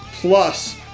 plus